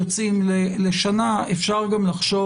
שכשסטודנטים יוצאים לשנה אפשר גם לחשוב,